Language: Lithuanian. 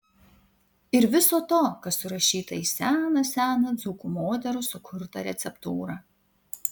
ir viso to kas surašyta į seną seną dzūkų moterų sukurtą receptūrą